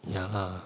ya lah